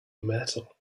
metal